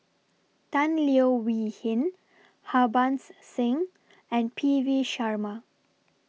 Tan Leo Wee Hin Harbans Singh and P V Sharma